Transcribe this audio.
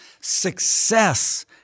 success